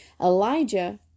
Elijah